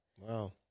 Wow